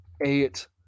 eight